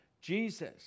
Jesus